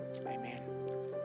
Amen